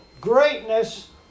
greatness